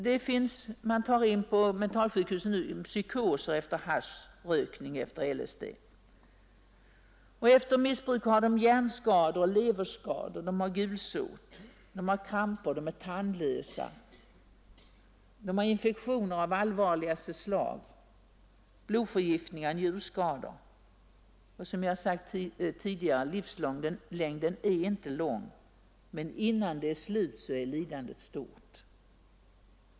På mentalsjukhusen tar man nu in fall av psykoser efter haschrökning och LSD-bruk. Efter missbruk har de hjärnskador, leverskador, gulsot och kramper. De är tandlösa, har infektioner av allvarligaste slag, blodförgiftning och njurskador. Och, som jag sade tidigare, livslängden är inte lång, men innan det är slut är lidandet stort.